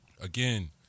Again